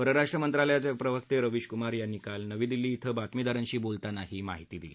परराष्ट्र मंत्रालयाचे प्रवक्ते रवीशकुमार यांनी नवी दिल्ली इथं बातमीदारांशी बोलताना ही माहिती दिली